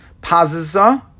Pazza